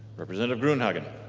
representative gruenhagen